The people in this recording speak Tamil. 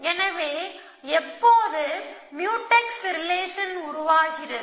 எனவே எப்போது முயூடெக்ஸ் ரிலேஷன் உருவாகிறது